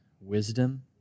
wisdom